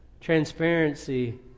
transparency